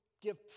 give